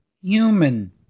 human